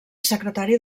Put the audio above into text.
secretari